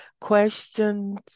questions